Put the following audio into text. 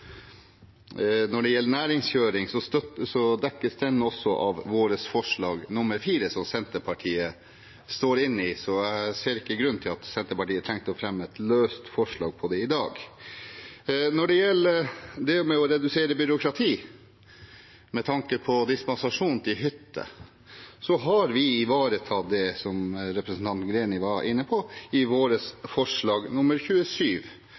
når det gjelder næringskjøring, dekkes det også av vårt forslag nr. 4, som Senterpartiet er med på, så jeg ser ingen grunn til at Senterpartiet trengte å fremme et forslag om det i dag. Når det gjelder å redusere byråkrati med tanke på dispensasjon for å kjøre til hytter, har vi ivaretatt det representanten Greni var inne på, i vårt forslag nr. 27.